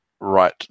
right